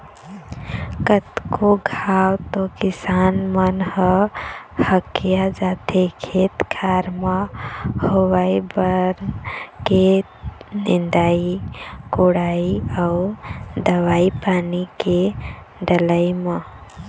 कतको घांव तो किसान मन ह हकिया जाथे खेत खार म होवई बन के निंदई कोड़ई अउ दवई पानी के डलई म